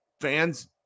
fans